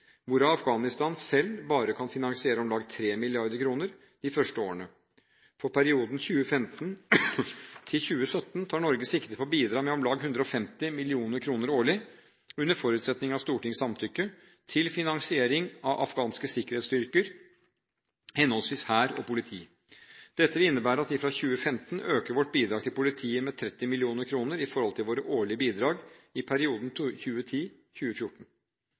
Afghanistan selv bare kan finansiere om lag 3 mrd. kr de første årene. For perioden 2015–2017 tar Norge sikte på å bidra med om lag 150 mill. kr årlig, under forutsetning av Stortingets samtykke, til finansiering av afghanske sikkerhetsstyrker, henholdsvis hær og politi. Dette vil innebære at vi fra 2015 øker vårt bidrag til politiet med 30 mill. kr i forhold til våre årlige bidrag i perioden